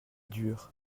dure